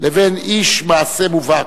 ובין איש מעשה מובהק.